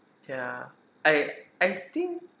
ya I I think